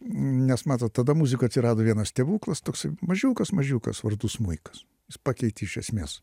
nes matot tada muzika atsirado vienas stebuklas toksai mažiukas mažiukas vardu smuikas pakeitė iš esmės